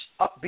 upbeat